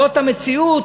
זו המציאות.